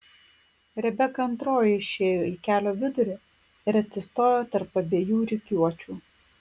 rebeka antroji išėjo į kelio vidurį ir atsistojo tarp abiejų rikiuočių